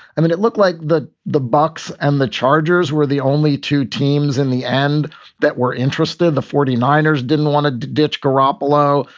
i mean, it looked like the the bucs and the chargers were the only two teams in the end that were interested. the forty niners didn't want to ditch garoppolo.